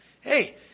hey